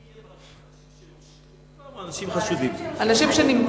מי יהיה ברשימה, אנשים שהורשעו כבר?